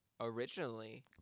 originally